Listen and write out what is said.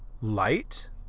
light